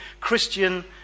Christian